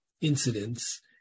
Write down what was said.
incidents